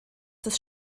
des